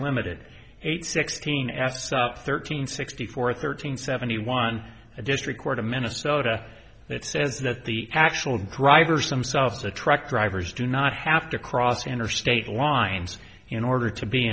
limited eight sixteen s thirteen sixty four thirteen seventy one a district court of minnesota that says that the actual drivers themselves a truck drivers do not have to cross interstate lines in order to be